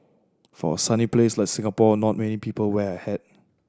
for a sunny place like Singapore not many people wear a hat